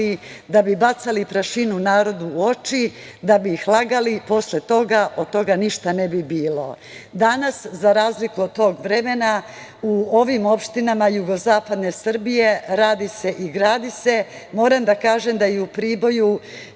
da bi bacali prašinu narodu u oči, da bi ih lagali i posle toga od toga ništa nije bilo. Danas za razliku od tog vremena, u ovim opštinama jugozapadne Srbije radi se i gradi se. Moram da kažem da je u Priboju